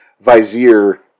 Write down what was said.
Vizier